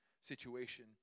situation